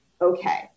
Okay